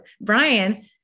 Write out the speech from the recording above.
Brian